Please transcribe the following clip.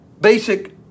basic